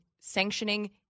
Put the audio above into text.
sanctioning